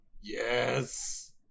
Yes